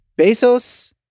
Bezos